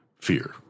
fear